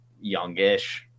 youngish